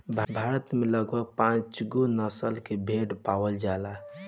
भारत में लगभग पाँचगो नसल के भेड़ पावल जाला